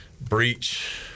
breach